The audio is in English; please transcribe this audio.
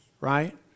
right